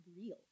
real